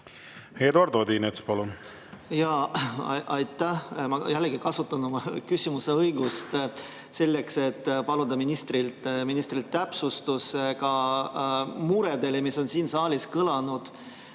Eduard Odinets, palun! Jaa, aitäh! Ma kasutan oma küsimise õigust selleks, et paluda ministrilt täpsustust ka murele, mis on siin saalis kõlanud: